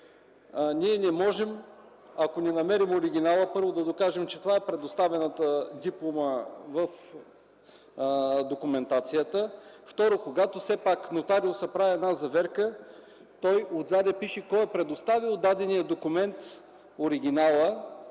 не можем, ако не намерим оригинала, първо, да докажем, че това е предоставената диплома в документацията. Второ, когато нотариусът прави заверка, той отзад пише кой е предоставил дадения документ – оригиналът.